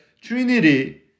trinity